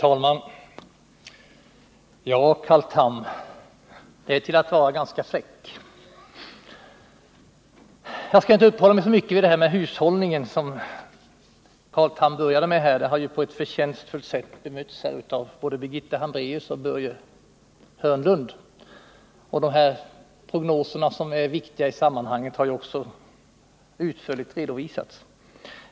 Herr talman! Ja, det är till att vara ganska fräck, Carl Tham! Jag skall inte uppehålla mig så mycket vid hushållningen, som Carl Tham började med. Vad han sade har på ett förtjänstfullt sätt bemötts av både Birgitta Hambraeus och Börje Hörnlund. Prognoserna, som är viktiga i sammanhanget, har redan utförligt redovisats.